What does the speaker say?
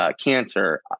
Cancer